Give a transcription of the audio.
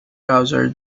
browser